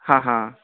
आं आं